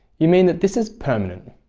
you mean that this is permanent.